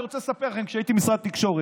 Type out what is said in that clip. אני רוצה לספר לכם שכשהייתי במשרד התקשורת